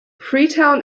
freetown